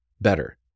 better